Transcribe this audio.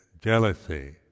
jealousy